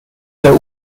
der